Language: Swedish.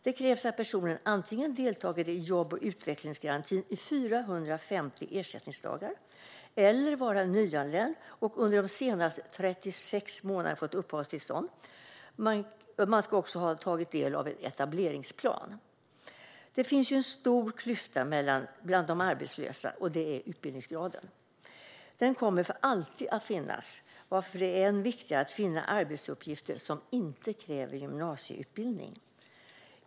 Det krävs att personen antingen har deltagit i jobb och utvecklingsgarantin i 450 ersättningsdagar eller är nyanländ och har fått uppehållstillstånd under de senaste 36 månaderna. Man ska också ha tagit del av en etableringsplan. Det finns en stor klyfta bland de arbetslösa, och den gäller utbildningsgraden. Den klyftan kommer alltid att finnas, vilket gör det än viktigare att finna arbetsuppgifter som inte kräver gymnasieutbildning.